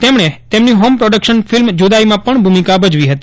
તેમણે તેમની home production film જુદાઇમાં પણ ભૂમિકા ભજવી હતી